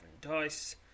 dice